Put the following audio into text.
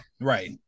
Right